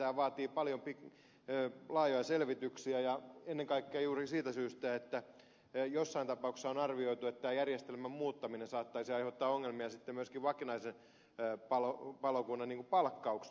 tämä vaatii paljon laajoja selvityksiä ennen kaikkea juuri siitä syystä että joissain tapauksissa on arvioitu että tämä järjestelmän muuttaminen saattaisi aiheuttaa ongelmia sitten myöskin vakinaisen palokunnan palkkausteknillisiin kysymyksiin